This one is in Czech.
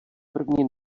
první